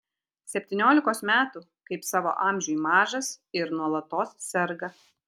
septyniolikos metų kaip savo amžiui mažas ir nuolatos serga